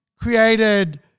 created